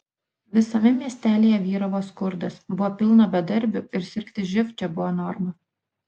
visame miestelyje vyravo skurdas buvo pilna bedarbių ir sirgti živ čia buvo norma